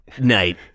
night